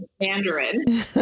Mandarin